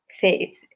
faith